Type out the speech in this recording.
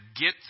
get